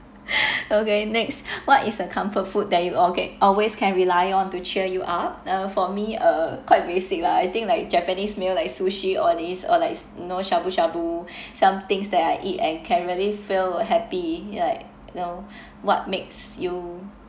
okay next what is a comfort food that you all get always can rely on to cheer you up uh for me uh quite basic lah I think like japanese meal like sushi all these uh like know shabu shabu some things that I eat and can really feel happy like know what makes you